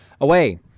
away